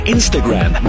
Instagram